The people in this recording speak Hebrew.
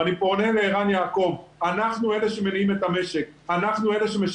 אני פונה לערן יעקב: אנחנו אלה שמרימים את המשק,